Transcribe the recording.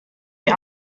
die